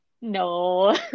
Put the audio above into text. no